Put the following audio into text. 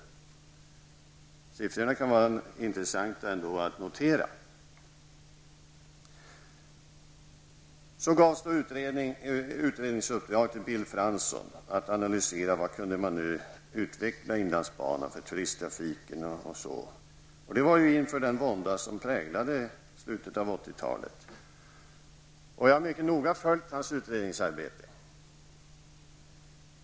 Dessa siffror kan vara intressanta att notera. Det gavs ett utredningsuppdrag till Bill Fransson, som skulle analysera hur inlandsbanan kunde utvecklas när det gäller t.ex. turisttrafiken. Utredningen tillsattes i anledning av den vånda som präglade slutet av 80-talet. Jag har mycket noga följt Bill Franssons utvecklingsarbete.